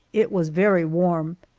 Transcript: it was very warm,